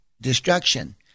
destruction